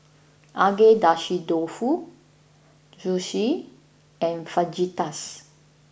Agedashi Dofu Sushi and Fajitas